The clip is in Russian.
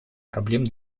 проблем